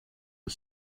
are